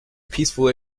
peaceful